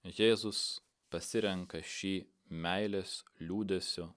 jėzus pasirenka šį meilės liūdesio